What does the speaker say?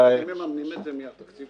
אתם מממנים את זה מהתקציב השוטף?